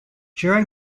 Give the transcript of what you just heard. during